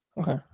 Okay